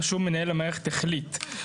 רשום "מנהל המערכת החליט".